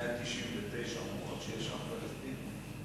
199 אומרות שיש עם פלסטיני.